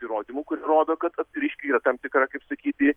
įrodymų kurie rodo kad reiškia yra tam tikra kaip sakyti